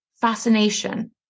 fascination